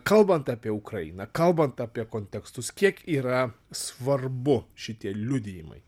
kalbant apie ukrainą kalbant apie kontekstus kiek yra svarbu šitie liudijimai